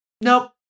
nope